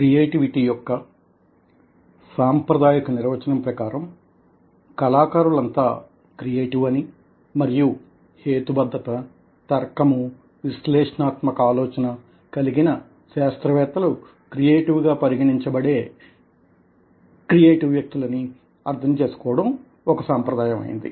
creativity యొక్క సాంప్రదాయక నిర్వచనం ప్రకారం కళాకారులంతా క్రియేటివ్ అని మరియు హేతుబద్ధత తర్కము విశ్లేషణాత్మక ఆలోచన కలిగిన శాస్త్రవేత్తలు క్రియేటివ్ గా పరిగణించబడే క్రియేటివ్ వ్యక్తులని అర్థం చేసుకోవడం ఒక సాంప్రదాయం అయింది